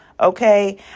Okay